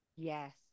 Yes